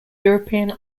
european